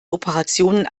operationen